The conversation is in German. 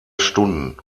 stunden